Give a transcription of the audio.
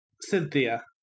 Cynthia